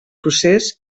procés